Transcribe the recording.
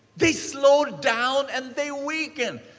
they slowed down and they weaken.